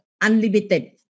unlimited